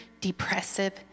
depressive